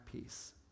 peace